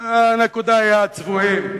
הנקודה היא הצבועים,